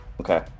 Okay